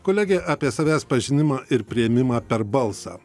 kolegė apie savęs pažinimą ir priėmimą per balsą